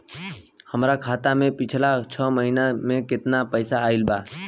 हमरा खाता मे पिछला छह महीना मे केतना पैसा आईल बा?